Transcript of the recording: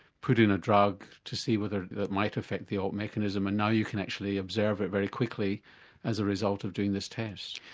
put in a drug to see whether it might affect the alt mechanism and now you can actually observe it very quickly as a result of doing this test?